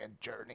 Journey